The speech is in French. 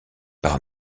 par